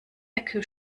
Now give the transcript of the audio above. ecke